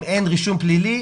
אם אין רישום פלילי,